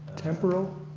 temporal